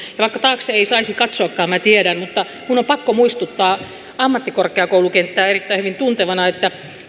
ja vaikka taakse ei saisi katsoakaan sen minä tiedän minun on pakko muistuttaa ammattikorkeakoulukenttää erittäin hyvin tuntevana että